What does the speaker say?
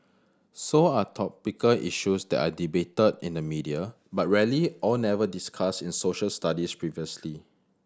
so are topical issues that are debated in the media but rarely or never discussed in Social Studies previously